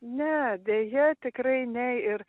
ne deja tikrai ne ir